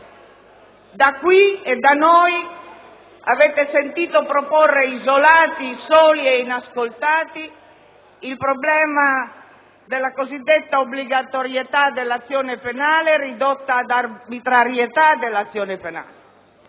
Da qui e da noi avete sentito sollevare, isolati, soli e inascoltati, il problema della cosiddetta obbligatorietà dell'azione penale ridotta ad arbitrarietà dell'azione penale.